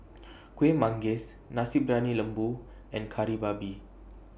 Kueh Manggis Nasi Briyani Lembu and Kari Babi